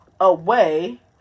away